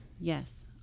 yes